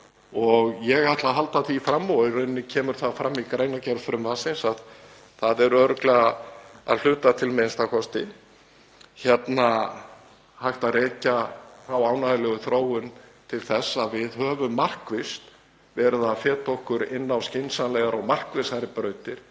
og ég ætla að halda því fram og í rauninni kemur það fram í greinargerð frumvarpsins að það sé örugglega að hluta til, a.m.k. hérna, hægt að rekja þá ánægjulegu þróun til þess að við höfum markvisst verið að feta okkur inn á skynsamlegar og markvissari brautir